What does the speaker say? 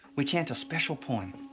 we chant a special poem.